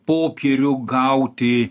popierių gauti